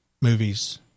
movies